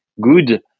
good